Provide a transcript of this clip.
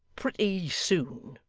pretty soon